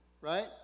right